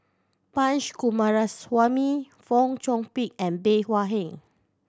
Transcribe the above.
Punch Coomaraswamy Fong Chong Pik and Bey Hua Heng